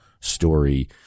story